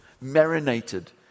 marinated